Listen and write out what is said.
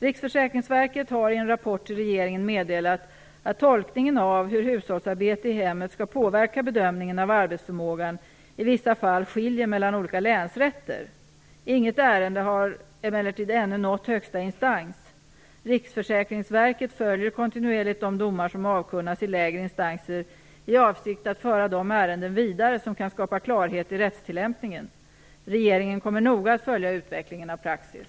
Riksförsäkringsverket har i en rapport till regeringen meddelat att tolkningen av hur hushållsarbete i hemmet skall påverka bedömningen av arbetsförmågan i vissa fall skiljer mellan olika länsrätter. Inget ärende har emellertid ännu nått högsta instans. Riksförsäkringsverket följer kontinuerligt de domar som avkunnas i lägre instanser i avsikt att föra de ärenden vidare som kan skapa klarhet i rättstillämpningen. Regeringen kommer noga att följa utvecklingen av praxis.